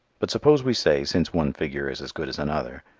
but suppose we say, since one figure is as good as another,